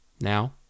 Now